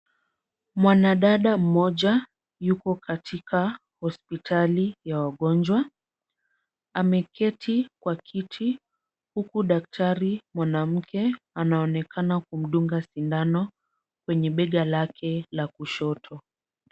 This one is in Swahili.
Mwanadada mmoja yupo katika hospitali ya wagonjwa. Ameketi kwa kiti huku daktari mwanamke anaonekana kumdunga sindano kwenye bega lake la kushoto.